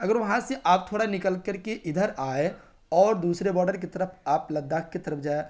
اگر وہاں سے آپ تھوڑا نکل کر کے ادھر آئیں اور دوسرے باڈر کی طرف آپ لداخ کے طرف جائیں